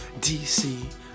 DC